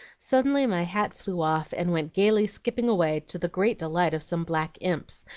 suddenly my hat flew off and went gayly skipping away, to the great delight of some black imps,